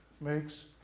makes